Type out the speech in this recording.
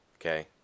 okay